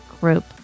group